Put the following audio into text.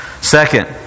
Second